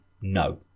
no